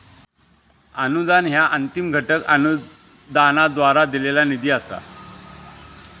अनुदान ह्या अंतिम घटक अनुदानाद्वारा दिलेला निधी असा